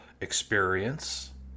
experience